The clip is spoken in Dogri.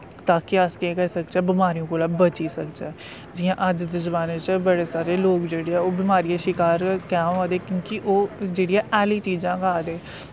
ताकि अस केह् करी सकचै बमारियें कोला बची सकचै जियां अज दे जमाने च बड़े सारे लोग जेह्ड़े ऐ ओह् बमारियें दे शकार कैंह् होआ दे क्योंकि ओह् जेह्ड़ियां हैली चीजां खा दे